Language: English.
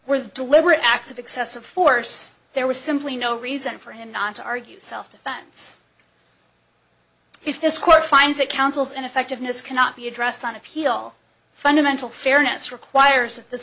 with deliberate acts of excessive force there was simply no reason for him not to argue self defense if this quest finds that counsels and effectiveness cannot be addressed on appeal fundamental fairness requires